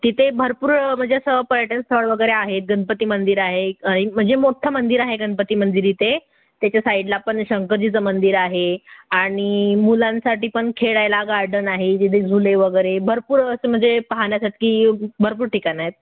तिथे भरपूर म्हणजे असं पर्यटन स्थळ वगैरे आहेत गणपती मंदिर आहे म्हणजे मोठ्ठं मंदिर आहे गणपती मंदिर इथे त्याच्या साईडला पण शंकरजीचं मंदिर आहे आणि मुलांसाठी पण खेळायला गार्डन आहे जिथे झुले वगैरे भरपूर असे म्हणजे पाहण्यासाठी भरपूर ठिकाणं आहेत